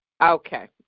Okay